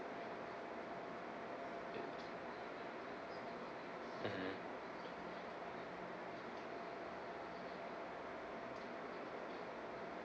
mmhmm